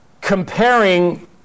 comparing